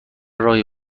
راهی